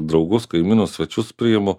draugus kaimynus svečius priimu